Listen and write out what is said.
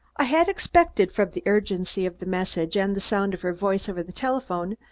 i had expected, from the urgency of the message and the sound of her voice over the telephone,